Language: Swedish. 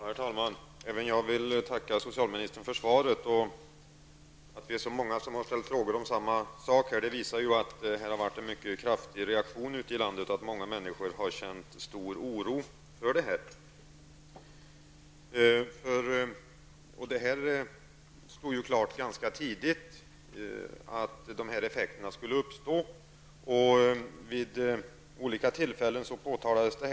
Herr talman! Även jag vill tacka socialministern för svaret. Att vi är så många som har ställt frågor om samma sak visar ju att det har varit en mycket kraftig reaktion ute i landet och att många människor har känt stor oro för det här. Det stod klart ganska tidigt att de här effekterna skulle uppstå. Vid olika tillfällen påtalades de.